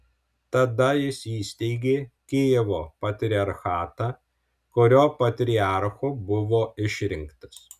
tada jis įsteigė kijevo patriarchatą kurio patriarchu buvo išrinktas